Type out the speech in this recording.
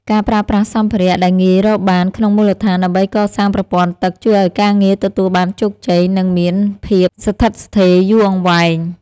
ការប្រើប្រាស់សម្ភារៈដែលងាយរកបានក្នុងមូលដ្ឋានដើម្បីកសាងប្រព័ន្ធទឹកជួយឱ្យការងារទទួលបានជោគជ័យ និងមានភាពស្ថិតស្ថេរយូរអង្វែង។